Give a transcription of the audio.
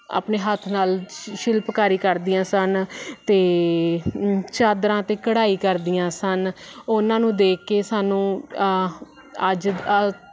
ਆਪਣੇ ਹੱਥ ਨਾਲ ਸ਼ਿਲਪਕਾਰੀ ਕਰਦੀਆਂ ਸਨ ਅਤੇ ਚਾਦਰਾਂ 'ਤੇ ਕੜਾਈ ਕਰਦੀਆਂ ਸਨ ਉਹਨਾਂ ਨੂੰ ਦੇਖ ਕੇ ਸਾਨੂੰ ਅੱਜ